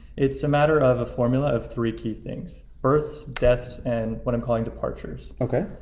it's a matter of a formula of three key things, births, deaths, and what i'm calling departures. okay.